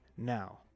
Now